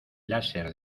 láser